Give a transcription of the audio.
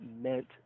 meant